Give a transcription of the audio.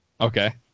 Okay